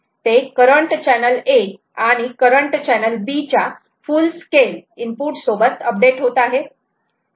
ते current channel A आणि current channel B च्या फूल स्केल इनपुट सोबत अपडेट होत आहेत